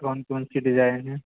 कौन कौन सी डिज़ाइन हैं